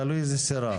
תלוי איזה סירה.